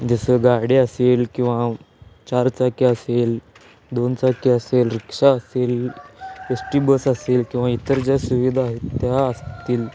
जसं गाडी असेल किंवा चारचाकी असेल दोनचाकी असेल रिक्षा असेल एस टी बस असेल किंवा इतर ज्या सुविधा आहेत त्या असतील